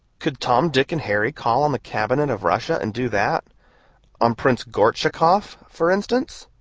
could tom, dick and harry call on the cabinet of russia and do that on prince gortschakoff, for instance?